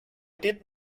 did